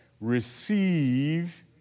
Receive